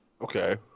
Okay